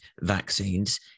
vaccines